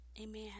Amen